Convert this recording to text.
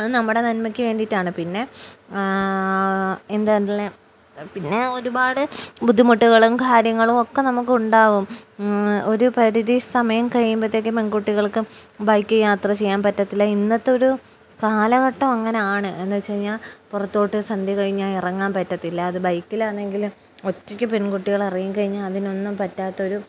അത് നമ്മുടെ നന്മയ്ക്ക് വേണ്ടീട്ടാണ് പിന്നെ എന്താ പിന്നെ ഒരുപാട് ബുദ്ധിമുട്ടുകളും കാര്യങ്ങളും ഒക്കെ നമുക്ക്ുണ്ടാവും ഒരു പരിധി സമയം കഴിയുമ്പത്തേക്കും പെൺകുട്ടികൾക്ക് ബൈക്ക് യാത്ര ചെയ്യാൻ പറ്റത്തില്ല ഇന്നത്തൊരു കാലഘട്ടം അങ്ങനെയാണ് എന്ത വെച്ച് കഴിഞ്ഞാ പൊറത്തോട്ട് സന്ധി കഴിഞ്ഞാ ഇറങ്ങാൻ പറ്റത്തില്ല അത് ബൈക്കിലാന്നെങ്കില് ഒറ്റയ്ക്ക് പെൺകുട്ടികളറിയ കഴിഞ്ഞാ അതിനൊന്നും പറ്റാത്തൊരു